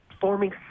forming